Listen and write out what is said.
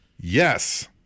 Yes